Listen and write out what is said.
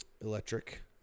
Electric